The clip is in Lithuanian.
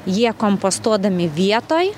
jie kompostuodami vietoj